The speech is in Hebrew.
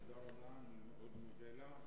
תודה רבה, אני מודה לך.